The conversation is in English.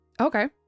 okay